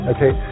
Okay